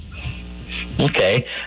Okay